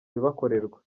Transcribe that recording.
bibakorerwa